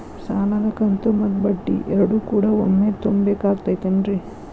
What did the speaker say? ಸಾಲದ ಕಂತು ಮತ್ತ ಬಡ್ಡಿ ಎರಡು ಕೂಡ ಒಮ್ಮೆ ತುಂಬ ಬೇಕಾಗ್ ತೈತೇನ್ರಿ?